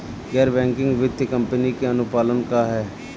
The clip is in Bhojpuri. गैर बैंकिंग वित्तीय कंपनी के अनुपालन का ह?